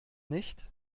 nicht